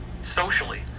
socially